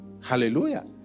Hallelujah